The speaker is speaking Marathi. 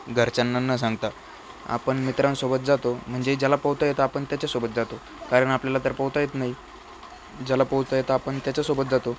घरच्यांना न सांगता आपण मित्रांसोबत जातो म्हणजे ज्याला पोहता येतं आपण त्याच्यासोबत जातो कारण आपल्याला तर पोहता येत नाही ज्याला पोहता येतं आपण त्याच्यासोबत जातो